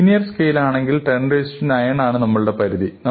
linear സ്കെയിലിൽ ആണെങ്കിൽ എങ്കിൽ 109 ആണ് നമ്മുടെ പരിധി